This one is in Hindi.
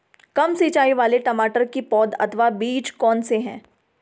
कम सिंचाई वाले टमाटर की पौध अथवा बीज कौन से हैं?